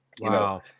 Wow